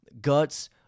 Guts